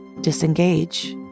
disengage